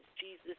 Jesus